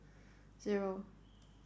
zero